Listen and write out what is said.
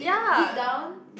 deep down